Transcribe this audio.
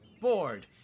bored